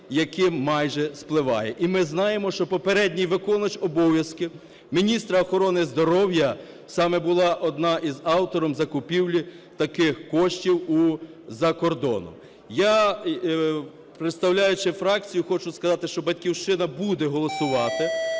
Я, представляючи фракцію, хочу сказати, що "Батьківщина" буде голосувати